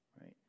right